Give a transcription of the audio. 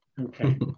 Okay